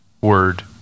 word